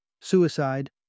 suicide